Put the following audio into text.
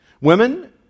Women